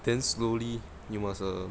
then slowly you must err